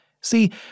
See